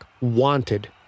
wanted